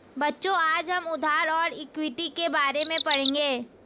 बच्चों आज हम उधार और इक्विटी के बारे में पढ़ेंगे